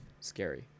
scary